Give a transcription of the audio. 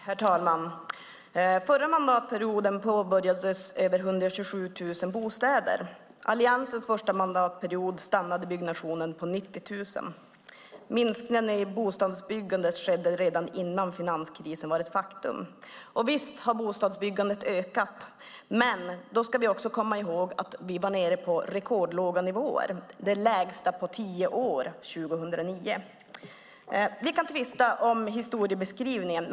Herr talman! Förra socialdemokratiska mandatperioden påbörjades över 127 000 bostäder. Alliansens första mandatperiod stannade byggnationen på 90 000. Minskningen i bostadsbyggande skedde redan innan finanskrisen var ett faktum. Visst har bostadsbyggandet ökat. Men då ska vi också komma ihåg att det var nere på rekordlåga nivåer. Det var det lägsta på tio år under 2009. Vi kan tvista om historiebeskrivningen.